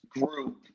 group